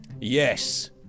Yes